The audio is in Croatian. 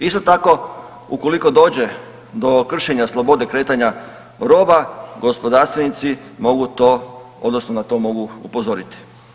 Isto tako, ukoliko dođe do kršenja slobode kretanja roba, gospodarstvenici mogu to odnosno na to mogu upozoriti.